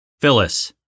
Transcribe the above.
Phyllis